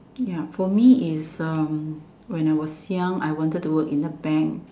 ya for me is um when I was young I wanted to work in a bank